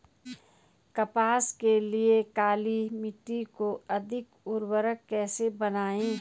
कपास के लिए काली मिट्टी को अधिक उर्वरक कैसे बनायें?